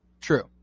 True